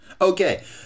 Okay